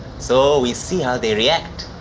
so we see how they react.